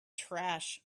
trash